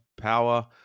power